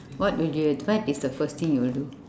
what would you what is the first thing you will do